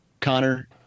Connor